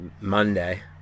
Monday